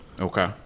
Okay